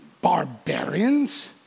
barbarians